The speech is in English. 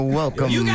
welcome